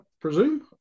presume